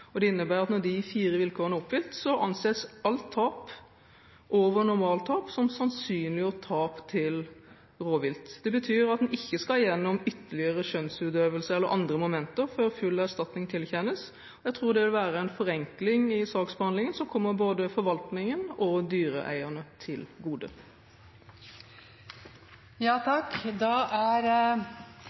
Det innebærer at når de fire vilkårene er oppfylt, anses alt tap over normaltap som sannsynliggjort tap til rovvilt. Det betyr at en ikke skal gjennom ytterligere skjønnsutøvelse eller andre momenter før full erstatning tilkjennes. Jeg tror det vil være en forenkling i saksbehandlingen, som kommer både forvaltningen og dyreeierne til